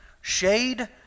shade